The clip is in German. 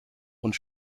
und